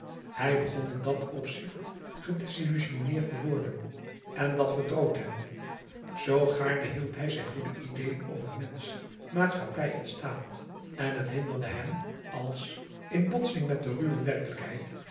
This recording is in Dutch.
hij begon in dat opzicht gedésillusionneerd te worden en dat verdroot hem zoo gaarne hield hij zijn goede ideeën over mensch maatschappij en staat en het hinderde hem als in botsing met de ruwe werkelijkheid